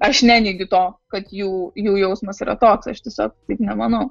aš neneigiu to kad jų jų jausmas yra toks aš tiesiog taip nemanau